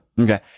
okay